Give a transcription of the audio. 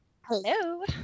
Hello